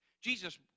Jesus